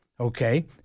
Okay